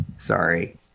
Sorry